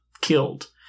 killed